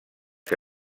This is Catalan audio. que